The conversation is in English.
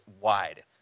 wide